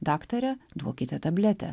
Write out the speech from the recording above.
daktare duokite tabletę